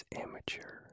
Amateur